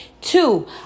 two